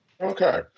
Okay